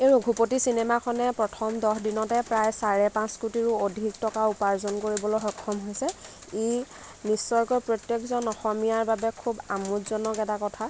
এই ৰঘুপতি চিনেমাখনে প্ৰথম দহদিনতে প্ৰায় চাৰে পাঁচ কোটিৰো অধিক টকা উপাৰ্জন কৰিবলৈ সক্ষম হৈছে ই নিশ্চয়কৈ প্ৰত্য়েকজন অসমীয়াৰ বাবে খুব আমোদজনক এটা কথা